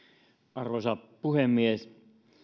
arvoisa puhemies